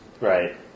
Right